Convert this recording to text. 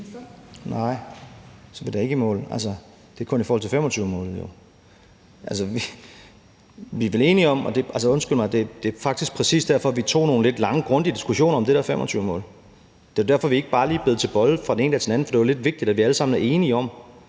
vi da ikke i mål. Altså, det er jo kun i forhold til 2025-målet. Undskyld mig, men det var faktisk præcis derfor, vi tog nogle lidt lange, grundige diskussioner om det der 2025-mål. Det var derfor, vi ikke bare lige bed til bolle fra den ene dag til den anden. For det var lidt vigtigt, at vi alle sammen var enige om,